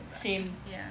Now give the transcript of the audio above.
same